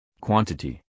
Quantity